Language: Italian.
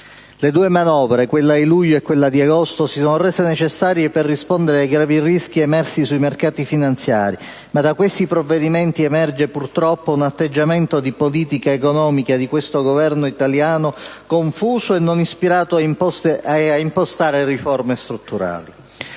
Le due manovre, di luglio e di agosto, si sono rese necessarie per rispondere ai gravi rischi emersi sui mercati finanziari, ma da questi provvedimenti emerge, purtroppo, un atteggiamento di politica economica del Governo italiano confuso e non ispirato a impostare riforme strutturali.